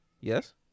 Yes